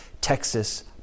Texas